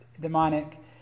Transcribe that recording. demonic